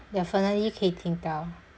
definitely 可以听到